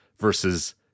versus